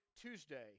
Tuesday